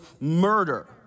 murder